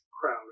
crowd